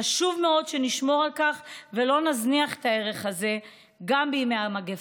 חשוב מאוד שנשמור על כך ולא נזניח את הערך הזה גם בימי המגפה.